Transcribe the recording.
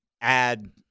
add